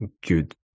good